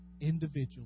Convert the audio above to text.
individually